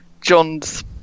john's